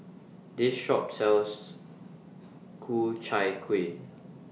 This Shop sells Ku Chai Kuih